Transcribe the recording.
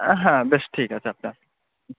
হ্যাঁ বেশ ঠিক আছে আপনার